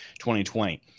2020